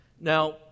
now